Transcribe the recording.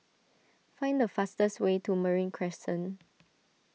find the fastest way to Marine Crescent